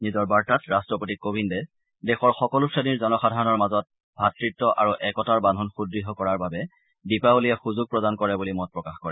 নিজৰ বাৰ্তাত ৰট্টপতি কোবিন্দে দেশৰ সকলো শ্ৰেণীৰ জনসাধাৰণৰ মাজত ভাতৃত্ব আৰু একতাৰ বান্ধোন সূদ্য় কৰাৰ বাবে দীপাৱলীয়ে সুযোগ প্ৰদান কৰে বুলি মত প্ৰকাশ কৰে